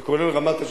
זה כולל רמת-הגולן,